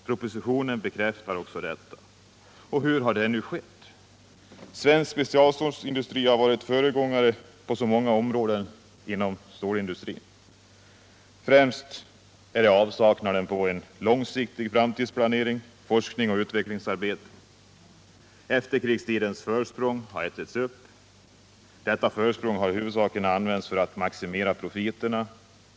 Propositionen bekräftar också detta. Hur har då detta kunnat ske? Svensk specialstålindustri har ju varit föregångare på många områden inom stålindustrin. Främst beror det på avsaknaden av långsiktig framtidsplanering samt forskningsoch planeringsarbete. Efterkrigstidens försprång har ätits upp. Detta försprång har huvudsakligen använts för att maximera profiterna.